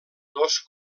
dos